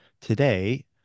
today